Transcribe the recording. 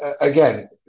again